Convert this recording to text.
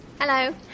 Hello